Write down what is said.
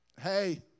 hey